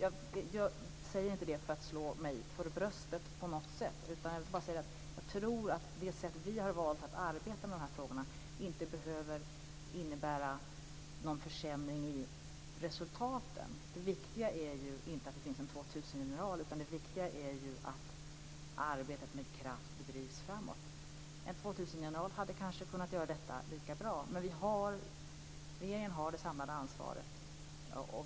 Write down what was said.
Jag säger inte detta för att slå mig för bröstet på något sätt, men jag tror inte att det sätt som vi valt att arbeta med de här frågorna på behöver innebära någon försämring i resultaten. Det viktiga är ju inte att det finns en 2000-general utan att arbetet med kraft bedrivs framåt. En 2000-general hade kanske kunnat göra detta lika bra, men regeringen har det samlade ansvaret.